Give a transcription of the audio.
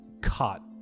caught